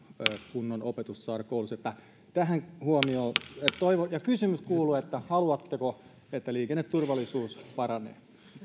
kunnon opetusta saada koulussa tähän huomiota toivon ja kysymys kuuluu haluatteko että liikenneturvallisuus paranee